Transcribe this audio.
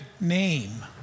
name